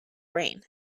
rain